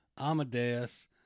Amadeus